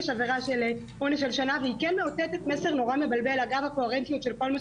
עם כול הכבוד, ייעוץ וחקיקה, נכון שאנחנו